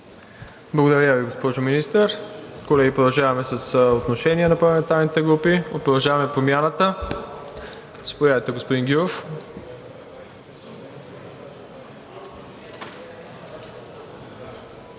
Благодаря Ви, госпожо Министър. Колеги, продължаваме с отношение на парламентарните групи. От „Продължаваме Промяната“? Заповядайте, господин Гюров.